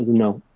ah no,